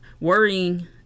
worrying